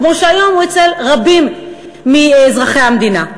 כמו שהיום הוא אצל רבים מאזרחי המדינה.